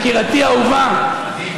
יקירתי האהובה,